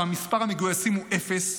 שם מספר המגויסים אפס,